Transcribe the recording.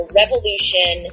revolution